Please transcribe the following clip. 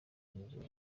n’ibihembo